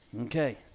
Okay